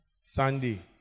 Sunday